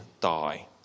die